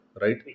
right